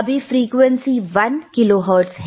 अभी frequency 1 kilohertz है